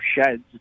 sheds